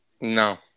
No